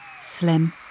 Slim